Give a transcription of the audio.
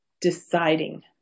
deciding